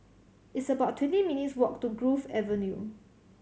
it's about twenty minutes' walk to Grove Avenue